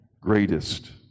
greatest